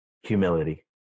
Humility